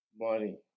money